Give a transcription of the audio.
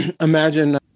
imagine